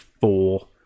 four